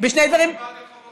ולא קיבלת את חוות הדעת?